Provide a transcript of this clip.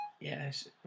Yes